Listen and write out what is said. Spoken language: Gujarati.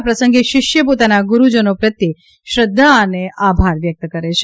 આ પ્રસંગે શિષ્ય પોતાના ગુરૂજનો પ્રત્યે શ્રદ્ધા અને આભાર વ્યક્ત કરે છે